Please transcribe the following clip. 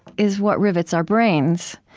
is what rivets our brains.